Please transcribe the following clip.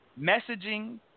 messaging